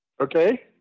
okay